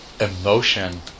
emotion